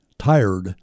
tired